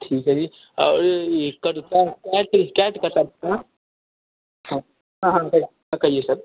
ठीक है जी और ये कट का क्या कैट कैट क्या करता हाँ हाँ कहिए सर